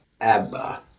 Abba